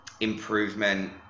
improvement